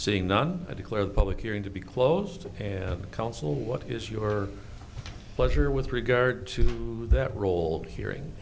seeing none i declared public hearing to be closed to the council what is your pleasure with regard to that role hearing